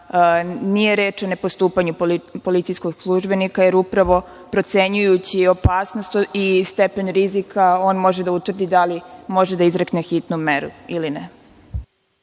nije reč o ne postupanju policijskog službenika, jer upravo procenjujući opasnost i stepen rizika, može da utvrdi da li može da izrekne hitnu meru ili ne.